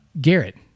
Garrett